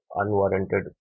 unwarranted